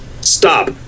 Stop